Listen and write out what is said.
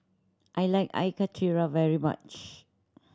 I like Air Karthira very much